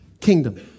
Kingdom